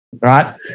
right